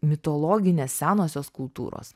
mitologinės senosios kultūros